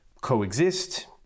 coexist